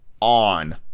on